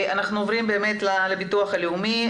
אנחנו עוברים לביטוח הלאומי.